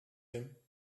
him